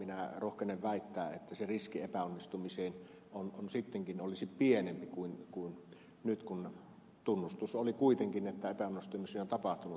minä rohkenen väittää että se riski epäonnistumiseen sittenkin olisi pienempi kuin nyt kun tunnustus oli kuitenkin että epäonnistumisia on tapahtunut